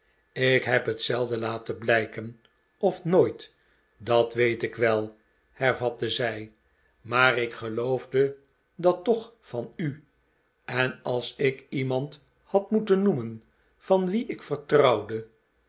ik heb het zelden laten blijken of nooit dat weet ik wel hervatte zij t maar ik geloofde dat toch van u en als ik iemand had moeten noemen van wien ik vertrouwde